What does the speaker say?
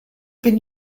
been